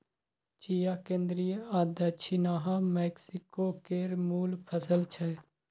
चिया केंद्रीय आ दछिनाहा मैक्सिको केर मुल फसल छै